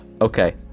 Okay